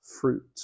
fruit